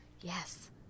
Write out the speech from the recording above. Yes